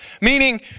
Meaning